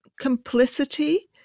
complicity